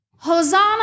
Hosanna